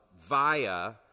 via